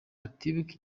atibuka